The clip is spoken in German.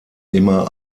immer